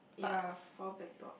ya four black dot